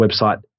website